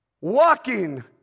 walking